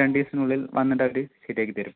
രണ്ടുദിവസ്സത്തിനുള്ളിൽ വന്നിട്ടവര് ശരിയാക്കിത്തരും